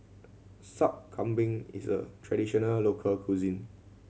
Sup Kambing is a traditional local cuisine